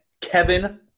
Kevin